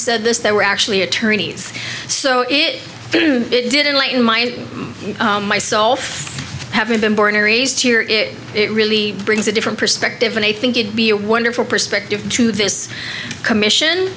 said this they were actually attorneys so it didn't lighten my and myself having been born or raised here is it really brings a different perspective and i think you'd be a wonderful perspective to this commission